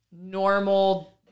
normal